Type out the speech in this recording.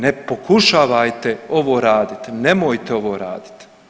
Ne pokušavajte ovo radit, nemojte ovo radit.